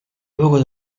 luogo